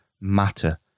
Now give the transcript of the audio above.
matter